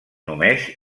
només